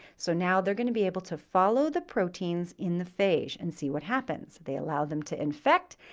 so now they're going to be able to follow the proteins in the phage and see what happens. they allow them to infect,